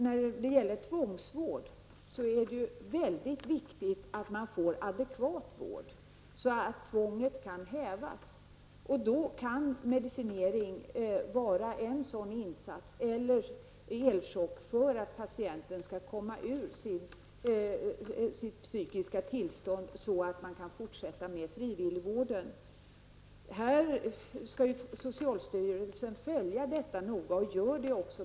När det gäller tvångsvård är det väldigt viktigt att man får adekvat vård, så att tvånget kan hävas. Då kan medicinering vara en sådan insats, eller elchock, för att patienten skall komma ur sitt psykiska tillstånd, så att man kan fortsätta med frivilligvården. Socialstyrelsen skall följa detta noga och gör det också.